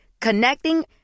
connecting